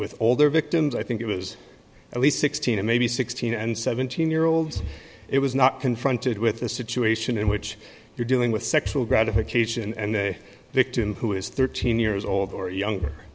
their victims i think it was at least sixteen or maybe sixteen and seventeen year olds it was not confronted with a situation in which you're dealing with sexual gratification and the victim who is thirteen years old or younger